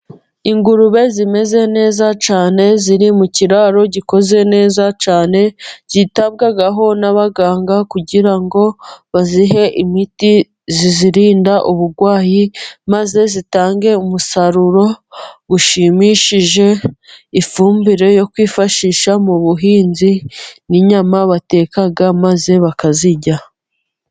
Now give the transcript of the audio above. Ingurube zimeze neza cyane ziri mu kiraro gikoze neza cyane, zitabwaho n'abaganga kugira ngo bazihe imiti izirinda uburwayi, maze zitange umusaruro ushimishije, ifumbire yo kwifashisha mu buhinzi, n'inyama bateka maze bakazirya.